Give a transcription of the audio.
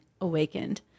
awakened